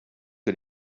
que